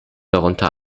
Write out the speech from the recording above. darunter